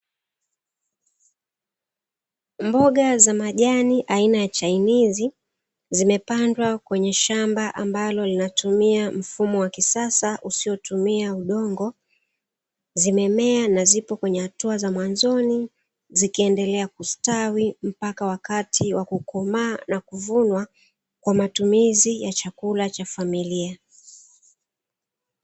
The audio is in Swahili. Mboga za majani aina ya chainizi zimepandwa kwenye shamba ambalo linatumia mfumo wa kisasa usiotumia udongo, zimemea na zipo kwenye hatua za mwanzoni zikiendelea kustawi mpaka wakati wa kukomaa na kuvunwa kwa matumizi ya chakula cha familia.